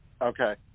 Okay